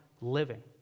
living